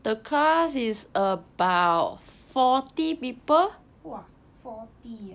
!wah! forty ah